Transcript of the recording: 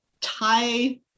tie